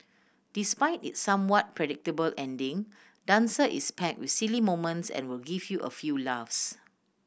despite its somewhat predictable ending dancer is packed with silly moments and will give you a few laughs